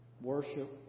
worship